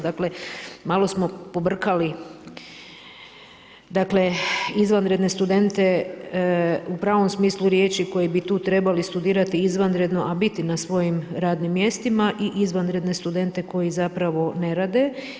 Dakle, malo smo pobrkali izvanredne studente u pravom smislu riječi koji bi tu trebali studirati izvanredno, a biti na svojim radnim mjestima i izvanredne studente koji zapravo ne rade.